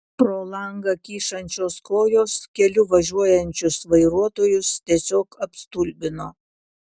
pro langą kyšančios kojos keliu važiuojančius vairuotojus tiesiog apstulbino